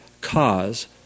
cause